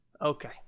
Okay